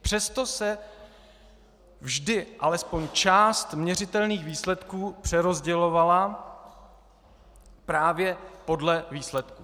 Přesto se vždy alespoň část měřitelných výsledků přerozdělovala právě podle výsledků.